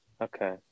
Okay